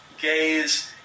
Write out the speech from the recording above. gays